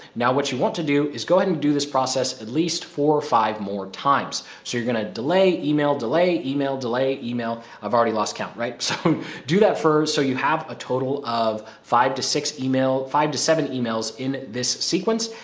now, what you want to do is go ahead and do this process at least four or five more times. so you're gonna delay email, delay email, delay email i've already lost count, right? so do that first so you have a total of five to six email, five to seven emails in this sequence.